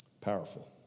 Powerful